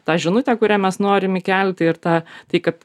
tą žinutę kurią mes norim įkelti ir tą tai kad